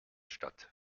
statt